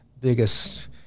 biggest